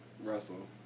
Russell